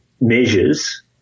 measures